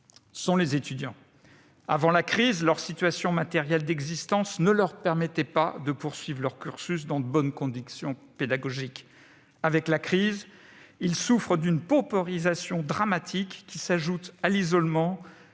sont les étudiants. Avant la crise, leur situation matérielle ne leur permettait pas de poursuivre leur cursus dans de bonnes conditions pédagogiques ; avec la crise, ils souffrent d'une paupérisation dramatique, qui s'ajoute à l'isolement,